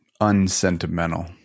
unsentimental